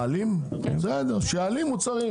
אז שיעלים מוצרים,